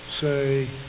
say